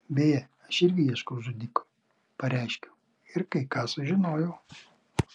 beje aš irgi ieškau žudiko pareiškiau ir kai ką sužinojau